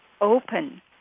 open